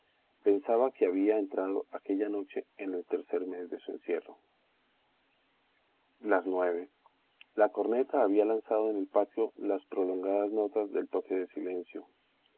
pensaba que había entrado aquella noche en el tercer mes de su encierro las nueve la corneta había lanzado en el patio las prolongadas notas del toque de silencio